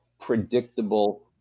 predictable